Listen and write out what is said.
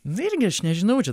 vėlgi aš nežinau čia